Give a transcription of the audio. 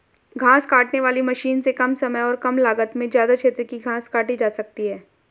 घास काटने वाली मशीन से कम समय और कम लागत में ज्यदा क्षेत्र की घास काटी जा सकती है